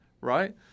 right